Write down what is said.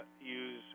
use